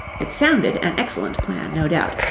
it sounded an excellent plan, no doubt,